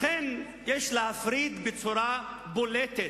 לכן יש להפריד בצורה בולטת,